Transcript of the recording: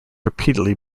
repeatedly